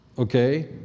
Okay